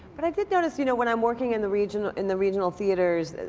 but i did notice you know when i'm working in the region in the regional theaters,